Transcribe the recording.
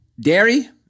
Dairy